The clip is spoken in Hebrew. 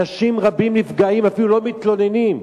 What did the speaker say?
אנשים רבים נפגעים ואפילו לא מתלוננים.